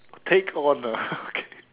take on lah okay